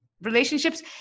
relationships